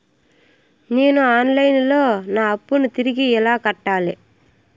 నేను online లో నా అప్పును తిరిగి ఎలా కట్టాలి?